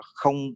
không